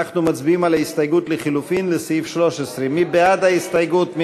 אנחנו מצביעים על ההסתייגות לחלופין לסעיף 13. מי בעד ההסתייגות?